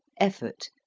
effort,